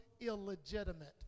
illegitimate